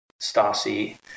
Stasi